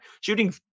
Shooting